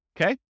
Okay